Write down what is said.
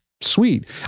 Sweet